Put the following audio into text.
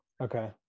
okay